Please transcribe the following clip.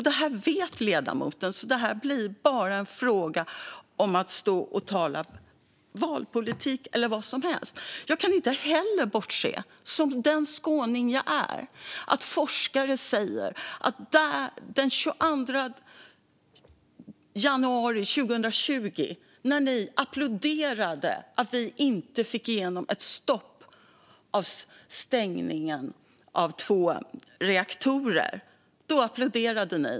Det här vet ledamoten, så det blir bara en fråga om att stå och tala valpolitik eller vad som helst. Som den skåning jag är kan jag inte heller bortse från att ni applåderade den 22 januari 2020 när vi inte fick igenom ett stopp för stängningen av två reaktorer.